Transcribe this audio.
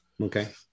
Okay